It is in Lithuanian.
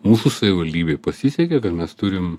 mūsų savivaldybei pasisekė kad mes turim